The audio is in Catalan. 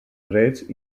drets